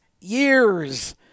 years